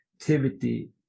activity